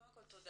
קודם כל תודה.